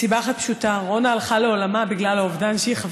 מסיבה אחת פשוטה: רונה הלכה לעולמה בגלל האובדן שהיא חוותה.